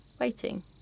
waiting